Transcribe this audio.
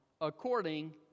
according